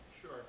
Sure